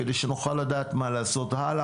כדי שנוכל לדעת מה לעשות הלאה,